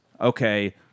okay